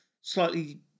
slightly